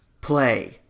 Play